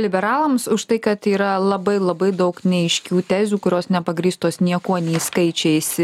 liberalams už tai kad yra labai labai daug neaiškių tezių kurios nepagrįstos niekuo nei skaičiais